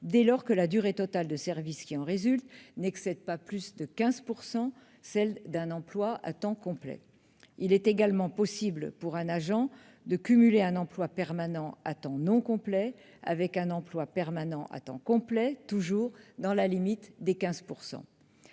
dès lors que la durée totale de service qui en résulte n'excède pas de plus de 15 % celle d'un emploi à temps complet. Il est également possible pour un agent de cumuler un emploi permanent à temps non complet avec un emploi permanent à temps complet, en respectant toujours cette limite de 15 %.